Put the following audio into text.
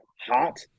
hot